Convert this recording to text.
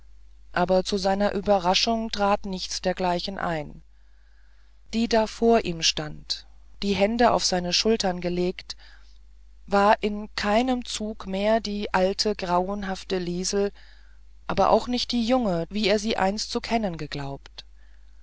aber zu seiner überraschung trat nichts dergleichen ein die da vor ihm stand die hände auf seine schultern gelegt war in keinem zug mehr die alte grauenhafte liesel aber auch nicht die junge wie er sie einst zu kennen geglaubt